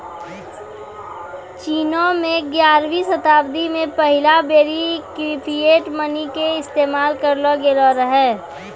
चीनो मे ग्यारहवीं शताब्दी मे पहिला बेरी फिएट मनी के इस्तेमाल करलो गेलो रहै